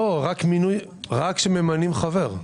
לא, רק כשממנים חבר.